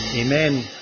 Amen